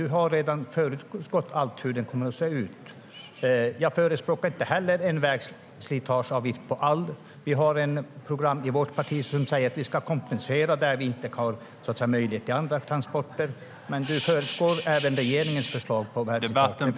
Du har redan föregått hur den kommer att se ut.